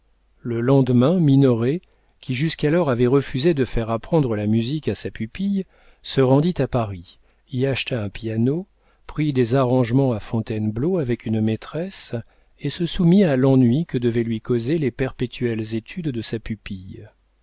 le lendemain minoret qui jusqu'alors avait refusé de faire apprendre la musique à sa pupille se rendit à paris y acheta un piano prit des arrangements à fontainebleau avec une maîtresse et se soumit à l'ennui que devaient lui causer les perpétuelles études de sa pupille